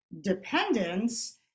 dependence